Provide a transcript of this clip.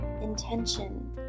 intention